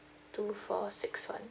two four six one